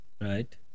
Right